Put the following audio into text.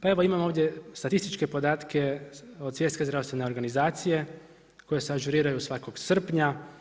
Pa imamo ovdje statističke podatke od Svjetske zdravstvene organizacije koje se ažuriraju svakog srpnja.